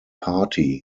party